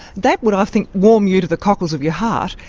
that would, i think, warm you to the cockles of your heart,